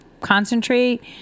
concentrate